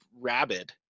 rabid